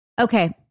Okay